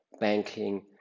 Banking